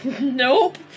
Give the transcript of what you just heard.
Nope